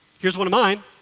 here's one of mine,